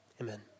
Amen